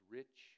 rich